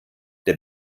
der